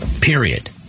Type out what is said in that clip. period